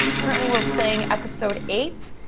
currently we're playing episode eight.